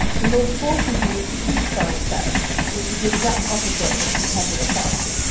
the law forces you to keep selling sex, which is the exact opposite of its intended effect.